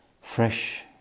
fresh